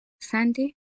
sandy